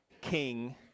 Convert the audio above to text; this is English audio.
king